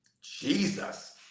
Jesus